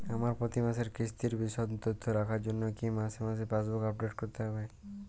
আমার প্রতি মাসের কিস্তির বিশদ তথ্য রাখার জন্য কি মাসে মাসে পাসবুক আপডেট করতে হবে?